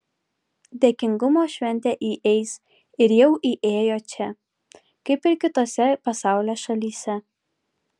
dėkingumo šventė įeis ir jau įėjo čia kaip ir kitose pasaulio šalyse